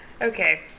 Okay